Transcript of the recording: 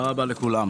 תודה רבה לכולם.